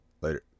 Later